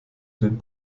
den